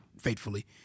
faithfully